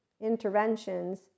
interventions